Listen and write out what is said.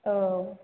औ